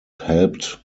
helped